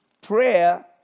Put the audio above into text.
Prayer